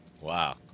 Wow